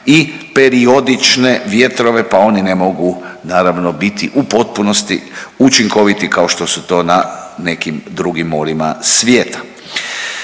i periodične vjetrove pa oni ne mogu naravno biti u potpunosti učinkoviti kao što su to na nekim drugim morima svijeta.